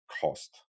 cost